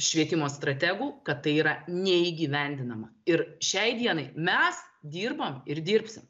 švietimo strategų kad tai yra neįgyvendinama ir šiai dienai mes dirbam ir dirbsim